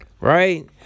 Right